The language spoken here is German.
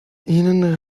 ihnen